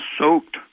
soaked